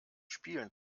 spielen